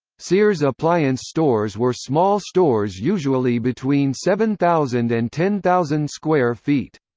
sears appliance stores were small stores usually between seven thousand and ten thousand square feet.